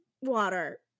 water